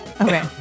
okay